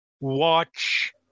watch